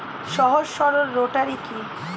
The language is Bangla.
সহজ সরল রোটারি কি?